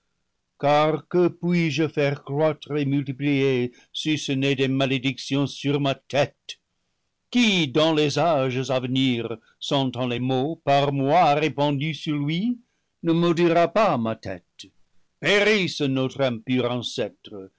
car que puis-je faire croître et multiplier si ce n'est des malédictions sur ma tête qui dans les âges à venir sentant les maux par moi répandus sur lui ne maudira pas ma tête périsse notre